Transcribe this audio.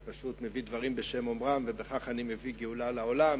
אני פשוט מביא דברים בשם אומרם ובכך אני מביא גאולה לעולם,